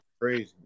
crazy